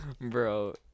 Bro